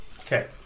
Okay